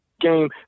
game